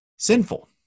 Sinful